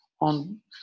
on